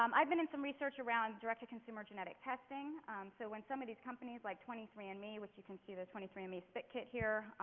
um i've been in some research around direct to consumer genetic testing so when some of these companies like twenty three and me, which you can see the twenty three and me spit kit here,